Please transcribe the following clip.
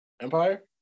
Empire